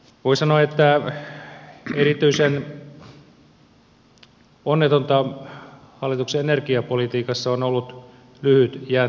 voi sanoa että erityisen onnetonta hallituksen energiapolitiikassa on ollut lyhytjänteisyys